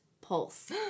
pulse